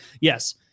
yes